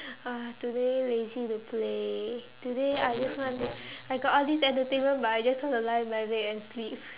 uh today lazy to play today I just want to I got all this entertainment but I just want to lie in my bed and sleep